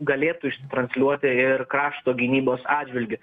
galėtų ištransliuoti ir krašto gynybos atžvilgiu